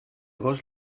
gos